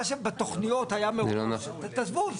מה שבתוכניות היה --- תעזבו,